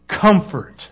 Comfort